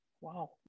Wow